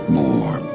more